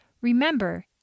remember